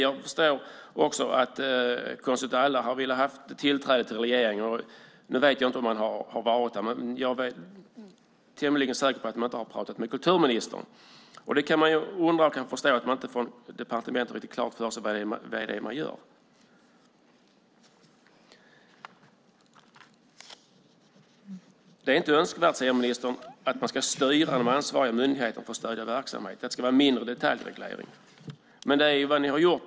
Jag förstår att Konst åt alla har velat ha tillträde till regeringen. Jag vet inte om man har varit där, men jag är tämligen säker på att man inte har pratat med kulturministern. Man kan förstå att man från departementet inte har klart för sig vad det är man gör. Det är inte önskvärt, säger ministern, att man ska styra de ansvariga myndigheterna för att stödja verksamheten. Det ska vara mindre detaljreglering. Men det är vad ni har gjort.